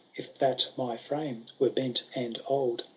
if that my frame were bent and old.